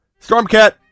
Stormcat